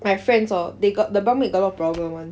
my friends hor they got the bunk mate got a lot problem [one]